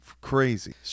crazy